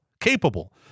Capable